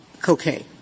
cocaine